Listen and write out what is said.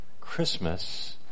Christmas